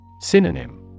Synonym